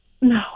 no